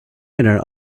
winner